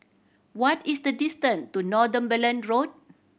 what is the distance to Northumberland Road